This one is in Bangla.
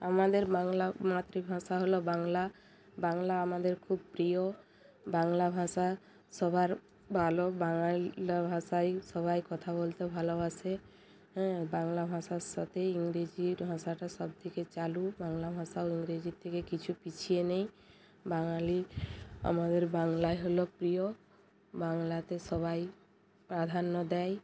আমাদের বাংলা মাতৃভাষা হল বাংলা বাংলা আমাদের খুব প্রিয় বাংলা ভাষা সবার ভালো বাংলা ভাষায় সবাই কথা বলতে ভালোবাসে হ্যাঁ বাংলা ভাষার সাতে ইংরেজি ভাষাটা সব থেকে চালু বাংলা ভাষাও ইংরেজির থেকে কিছু পিছিয়ে নেই বাঙালি আমাদের বাংলাই হল প্রিয় বাংলাতে সবাই প্রাধান্য দেয়